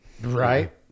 right